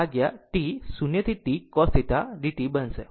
આમ તે Vm Im upon T 0 to t cos θ dt બનશે